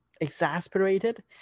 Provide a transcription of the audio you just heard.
exasperated